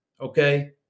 Okay